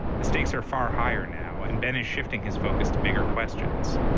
the stakes are far higher now. and ben is shifting his focus to bigger questions.